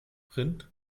rind